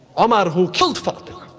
um ah who killed fatima.